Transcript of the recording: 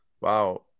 Wow